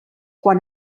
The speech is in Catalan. quan